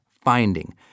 finding